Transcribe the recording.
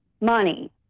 money